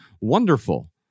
wonderful